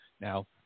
Now